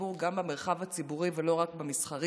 הציבור גם במרחב הציבורי ולא רק במסחרי.